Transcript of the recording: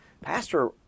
Pastor